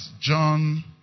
John